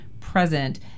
present